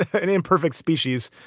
an imperfect species.